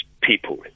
people